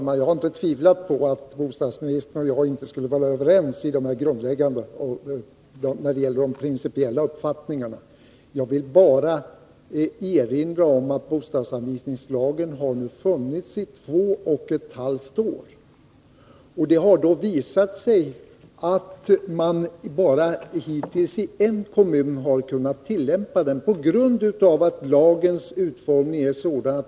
Utredningen om barnolycksfall överlämnades i april 1979 till den dåvarande socialministern Gabriel Romanus. I utredningen presenterades olika förslag och åtgärder för att trygga barnsäkerheten och förbättra barnens miljö. Ännu har ingen proposition utarbetats i denna fråga. Har regeringen för avsikt att framlägga en proposition på grundval av Barnolycksfallsutredningens förslag?